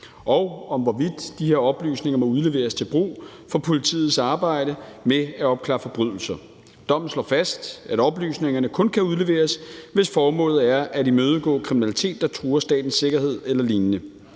og om, hvorvidt de her oplysninger må udleveres til brug for politiets arbejde med at opklare forbrydelser. Dommen slår fast, at oplysningerne kun kan udleveres, hvis formålet er at imødegå kriminalitet, der truer statens sikkerhed eller lignende.